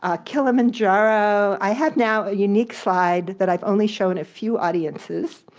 ah kilimanjaro i have now a unique slide that i've only shown a few audiences,